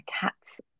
cats